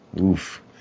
Oof